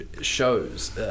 shows